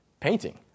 painting